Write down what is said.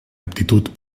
aptitud